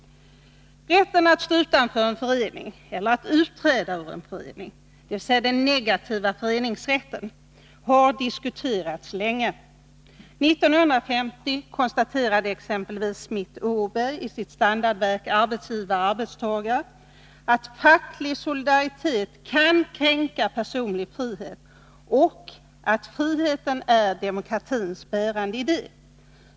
Rätten att stå utanför en förening eller att utträda ur en förening, dvs. den negativa föreningsrätten, har diskuterats länge. 1950 konstaterade exempelvis Schmidt-Åberg i sitt standardverk Arbetsgivare-Arbetstagare att ”facklig solidaritet kan kränka personlig frihet” och ”att friheten är demokratins bärande idé”.